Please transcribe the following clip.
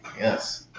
Yes